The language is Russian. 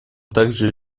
также